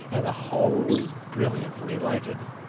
and the hall was brilliantly lighted,